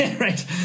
Right